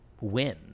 win